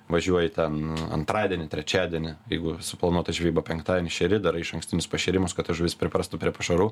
važiuoji ten antradienį trečiadienį jeigu suplanuota žvejyba penktadienį šeri darai išankstinius pašėrimus kad ta žuvis priprastų prie pašarų